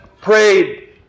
prayed